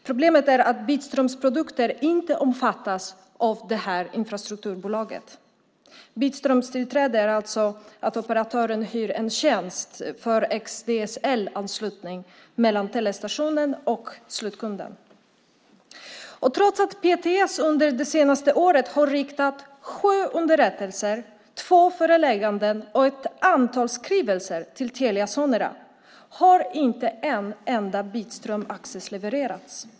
Problemet är att bitströmsprodukter inte omfattas av infrastrukturbolaget. Bitströmstillträde är alltså att operatören hyr en tjänst för xDSL-anslutning mellan telestationen och slutkunden. Trots att PTS under det senaste året har riktat sju underrättelser, två förelägganden och ett antal skrivelser till Telia Sonera har inte en enda bitströmsaccess levererats.